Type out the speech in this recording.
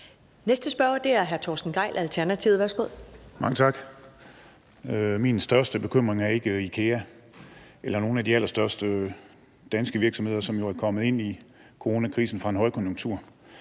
Næste spørger er hr. Torsten Gejl, Alternativet. Værsgo. Kl. 13:29 Torsten Gejl (ALT): Mange tak. Min største bekymring er ikke IKEA eller nogle af de allerstørste danske virksomheder, som jo er kommet ind i coronakrisen fra en højkonjunktur.